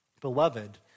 Beloved